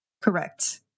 Correct